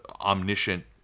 omniscient